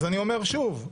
אגב,